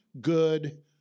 good